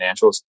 financials